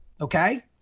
Okay